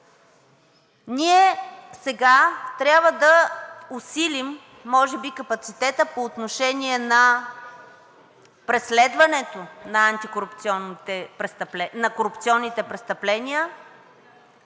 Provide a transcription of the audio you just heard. Ние сега трябва да усилим може би капацитета по отношение на преследването на корупционните престъпления